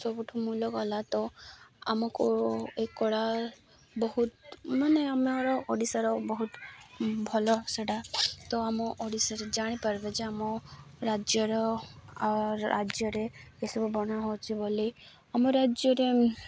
ସବୁଠୁ ମୂଲ କଲା ତ ଆମକୁ ଏ କଳା ବହୁତ ମାନେ ଆମ ଆର ଓଡ଼ିଶାର ବହୁତ ଭଲ ସେଟା ତ ଆମ ଓଡ଼ିଶାରେ ଜାଣିପାରିବେ ଯେ ଆମ ରାଜ୍ୟର ଆ ରାଜ୍ୟରେ ଏସବୁ ବନା ହେଉଛି ବୋଲି ଆମ ରାଜ୍ୟରେ